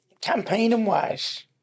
Campaigning-wise